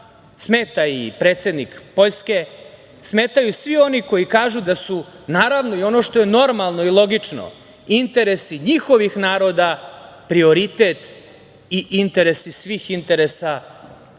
smeta i predsednik Poljske, smetaju svi oni koji kažu da su, ono što je normalno i logično, interesi njihovih naroda prioritet i interesi svih interesa mnogo